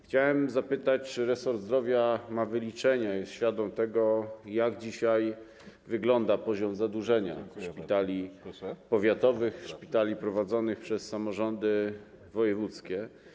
Chciałem zapytać, czy resort zdrowia ma wyliczenia i jest świadom tego, jak dzisiaj wygląda poziom zadłużenia szpitali powiatowych, szpitali prowadzonych przez samorządy wojewódzkie.